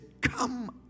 Come